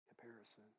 comparison